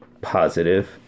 positive